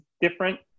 different